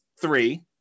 three